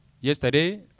Yesterday